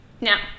now